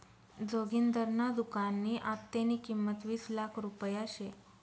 जोगिंदरना दुकाननी आत्तेनी किंमत वीस लाख रुपया शे